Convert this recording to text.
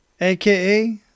AKA